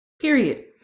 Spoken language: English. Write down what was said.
Period